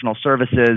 services